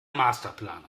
masterplan